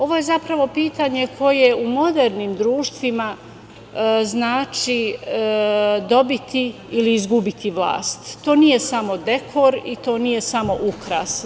Ovo je zapravo pitanje koje u modernim društvima znači dobiti ili izgubiti vlast, to nije samo dekor i to nije samo ukras.